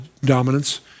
dominance